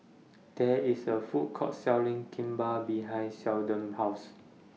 There IS A Food Court Selling Kimbap behind Sheldon's House